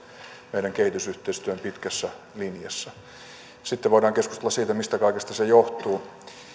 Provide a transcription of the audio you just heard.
meidän kehitysyhteistyön pitkässä linjassa sitten voidaan keskustella siitä mistä kaikesta se johtuu